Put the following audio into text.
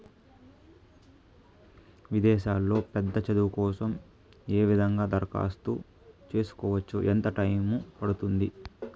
విదేశాల్లో పెద్ద చదువు కోసం ఏ విధంగా దరఖాస్తు సేసుకోవచ్చు? ఎంత టైము పడుతుంది?